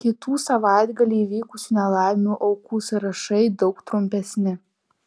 kitų savaitgalį įvykusių nelaimių aukų sąrašai daug trumpesni